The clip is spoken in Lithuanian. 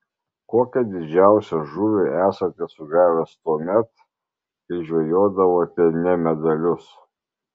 kokią didžiausią žuvį esate sugavęs tuomet kai žvejodavote ne medalius